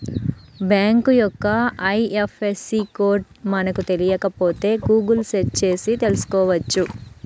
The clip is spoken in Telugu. బ్యేంకు యొక్క ఐఎఫ్ఎస్సి కోడ్ మనకు తెలియకపోతే గుగుల్ సెర్చ్ చేసి తెల్సుకోవచ్చు